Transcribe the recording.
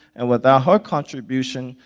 and without her contribution,